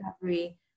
recovery